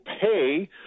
pay